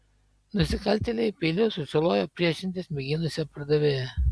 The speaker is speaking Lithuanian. nusikaltėliai peiliu sužalojo priešintis mėginusią pardavėją